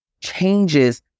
changes